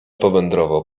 powędrował